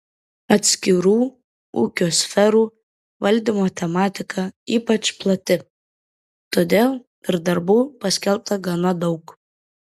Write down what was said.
atskirų ūkio sferų valdymo tematika ypač plati todėl ir darbų paskelbta gana daug